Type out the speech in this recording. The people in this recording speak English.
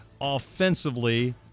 offensively